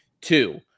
Two